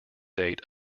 date